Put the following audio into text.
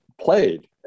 played